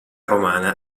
romana